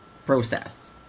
process